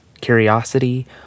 curiosity